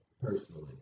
personally